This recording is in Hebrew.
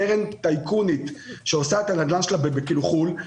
השפעה שתהיה על משקיעי קרנות הגידור בעקיפין תשפיע על כולנו אם